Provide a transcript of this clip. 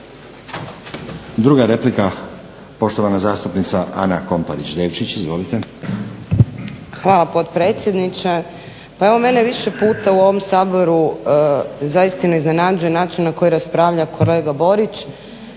Druga replika poštovana zastupnica Ana Komparić Devčić. Izvolite. **Komparić Devčić, Ana (SDP)** Hvala potpredsjedniče. Pa evo mene više puta u ovom Saboru zaista iznenađuje način na koji raspravlja kolega Borić